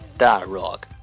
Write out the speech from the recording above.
dialogue